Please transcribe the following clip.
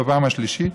בפעם השלישית,